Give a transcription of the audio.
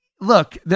look